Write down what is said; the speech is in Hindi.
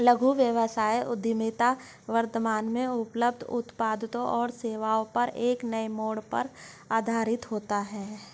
लघु व्यवसाय उद्यमिता वर्तमान में उपलब्ध उत्पादों और सेवाओं पर एक नए मोड़ पर आधारित होता है